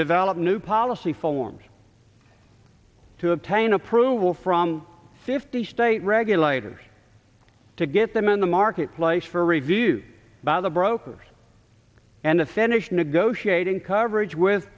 develop new policy for me to obtain approval from fifty state regulators to get them in the marketplace for review by the brokers and to finish negotiating coverage with